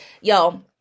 y'all